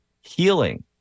healing